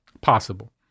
Possible